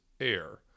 air